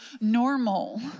normal